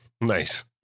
Nice